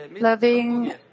Loving